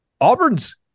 Auburn's